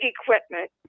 equipment